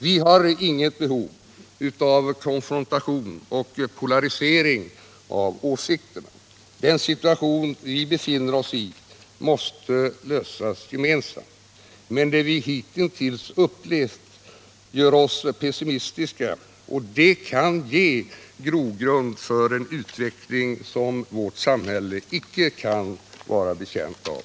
Vi har inget behov av konfrontation och polarisering av åsikter. Den situation vi befinner oss i måste lösas gemensamt. Men det vi hitintills upplevt gör oss pessimistiska, och der kan ge grogrund för en utveckling som vårt samhälle inte kan vara betjänt av.